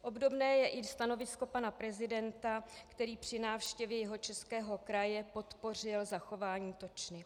Obdobné je i stanovisko pana prezidenta, který při návštěvě Jihočeského kraje podpořil zachování točny.